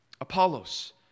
apollos